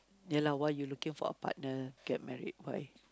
ya lah why you looking for a partner get married why